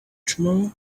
tomorrow